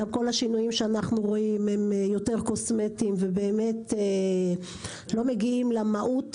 כול השינויים שאנחנו רואים הם באמת קוסמטיים ובאמת לא מגיעים למהות